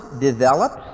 develops